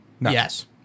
Yes